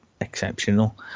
exceptional